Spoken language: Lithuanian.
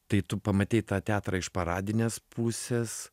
tai tu pamatei tą teatrą iš paradinės pusės